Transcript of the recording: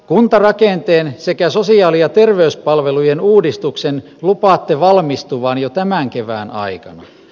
kuntarakenteen sekä sosiaali ja terveyspalvelujen uudistuksen lupaatte valmistuvan jo tämän kevään aikana